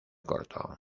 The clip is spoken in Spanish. corto